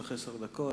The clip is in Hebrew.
יש לך עשר דקות.